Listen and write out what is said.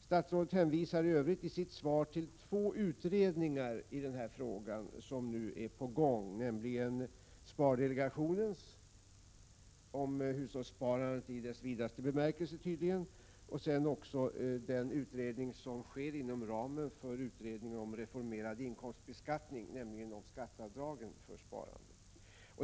Statsrådet hänvisar i övrigt i sitt svar till de två utredningar i denna fråga som nu är på gång, nämligen spardelegationens utredning om hushållssparandet i dess vidaste bemärkelse och den utredning som sker inom ramen för utredningen om reformering av inkomstbeskattning, nämligen om skatteavdragen för sparande.